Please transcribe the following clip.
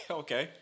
okay